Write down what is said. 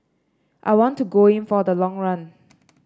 I want to go in for the long run